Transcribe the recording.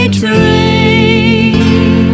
train